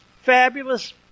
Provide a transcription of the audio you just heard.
fabulous